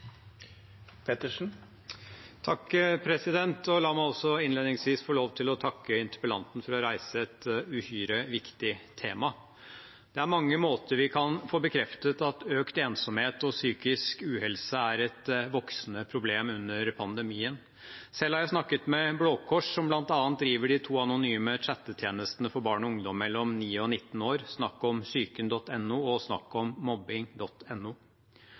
La meg innledningsvis få lov til å takke interpellanten for å reise et uhyre viktig tema. Vi kan på mange måter få bekreftet at økt ensomhet og psykisk uhelse er et voksende problem under pandemien. Selv har jeg snakket med Blå Kors, som bl.a. driver de to anonyme chattetjenestene for barn og ungdom mellom 9 og 19 år, SnakkOmPsyken.no og SnakkOmMobbing.no. Blå Kors melder om flere, lengre og tyngre samtaler, ungdommer som forteller om